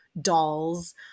dolls